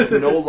no